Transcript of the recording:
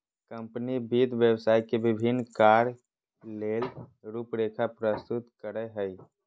company वित्त व्यवसाय के विभिन्न कार्य ले रूपरेखा प्रस्तुत करय हइ